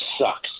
sucks